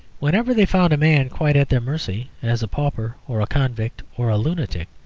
whenever they found a man quite at their mercy, as a pauper or a convict or a lunatic,